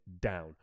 down